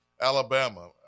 Alabama